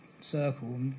circle